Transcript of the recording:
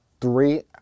three